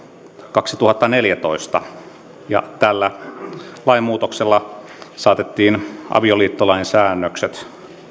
kaksituhattaneljätoista tällä lainmuutoksella saatettiin avioliittolain säännökset